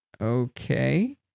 Okay